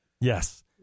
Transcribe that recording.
Yes